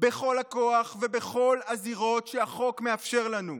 בכל הכוח ובכל הזירות שהחוק מאפשר לנו.